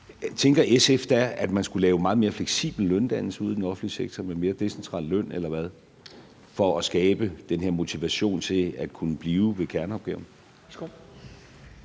Tænker SF da, at man skulle lave en meget mere fleksibel løndannelse ude i den offentlige sektor med mere decentral løn for at skabe den her motivation til at kunne blive ved kerneopgaven,